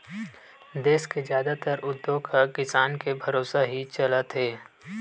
देस के जादातर उद्योग ह किसानी के भरोसा ही चलत हे